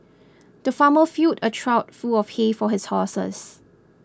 the farmer filled a trough full of hay for his horses